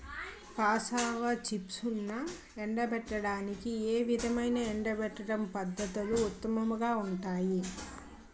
Cassava చిప్స్ను ఎండబెట్టడానికి ఏ విధమైన ఎండబెట్టడం పద్ధతులు ఉత్తమంగా ఉంటాయి?